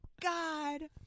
God